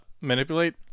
Manipulate